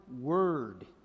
word